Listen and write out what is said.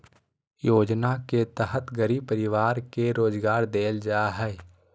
योजना के तहत गरीब परिवार के रोजगार देल जा हइ